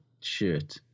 shirt